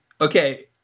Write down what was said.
Okay